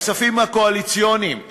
הכספים הקואליציוניים,